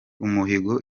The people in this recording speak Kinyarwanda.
umuhigo